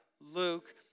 Luke